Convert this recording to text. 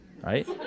right